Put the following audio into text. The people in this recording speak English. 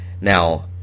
Now